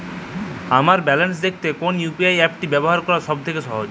আমার ব্যালান্স দেখতে কোন ইউ.পি.আই অ্যাপটি ব্যবহার করা সব থেকে সহজ?